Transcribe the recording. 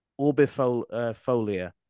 Orbifolia